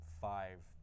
five